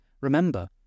remember